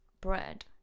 Bread